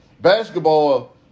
basketball